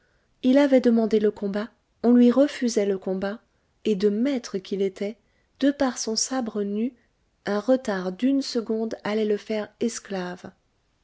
il avait demandé le combat on lui refusait le combat et de maître qu'il était de par son sabre nu un retard d'une seconde allait le faire esclave